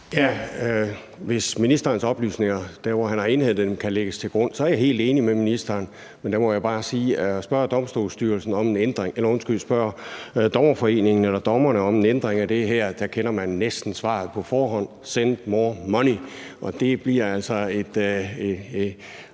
Hvis de oplysninger, ministeren har indhentet, kan lægges til grund, er jeg helt enig med ministeren; men der må jeg bare sige, at hvis man spørger Dommerforeningen eller dommerne om en ændring af det her, kender man næsten svaret på forhånd: Send more money. Det bliver altså nogle